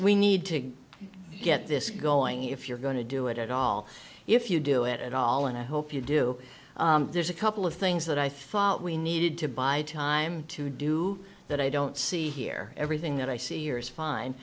we need to get this going if you're going to do it at all if you do it at all and i hope you do there's a couple of things that i thought we needed to buy time to do that i don't see here everything that i see year is fine